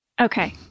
Okay